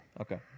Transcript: Okay